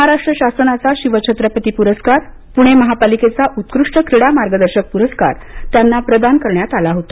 महाराष्ट्र शासनाचा शिवछत्रपती पुरस्कार पुणे महापालिकेचा उत्कृष्ट क्रीडा मार्गदर्शक प्रस्कार त्यांना प्रदान करण्यात आला होता